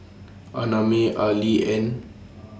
Annamae Arlie and